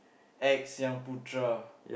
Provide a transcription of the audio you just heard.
X Xyung Putra